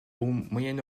moyen